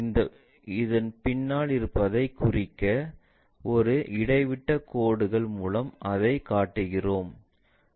இந்த பின்னால் இருப்பதைக் குறிக்க ஒரு இடைவிட்டக் கோடுகள் மூலம் அதைக் காட்டுகிறோம்